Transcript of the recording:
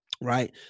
right